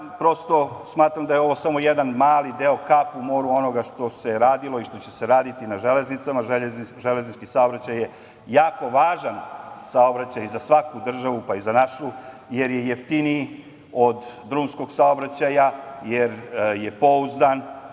prosto smatram da je ovo samo jedan mali deo, kap u moru onoga što se radilo i što će se raditi na železnicama. Železnički saobraćaj je jako važan saobraćaj za svaku državu, pa i za našu, jer je jeftiniji od drumskog saobraćaja, jer je pouzdan